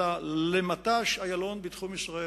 אלא למט"ש איילון בתחום ישראל.